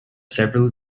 several